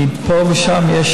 כי פה ושם יש